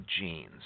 genes